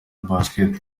basket